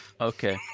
Okay